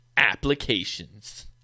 applications